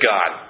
God